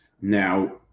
Now